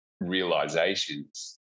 realizations